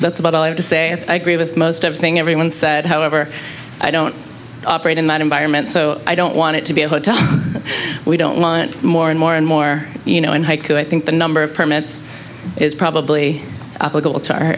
that's about all i have to say i agree with most of thing everyone said however i don't operate in that environment so i don't want it to be a hotel we don't want more and more and more you know and i think the number of permits is probably applicable to our